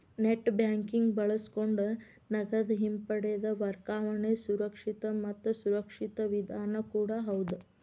net banking ಬಳಸಕೊಂಡ ನಗದ ಹಿಂಪಡೆದ ವರ್ಗಾವಣೆ ಸುರಕ್ಷಿತ ಮತ್ತ ಸುರಕ್ಷಿತ ವಿಧಾನ ಕೂಡ ಹೌದ್